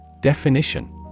Definition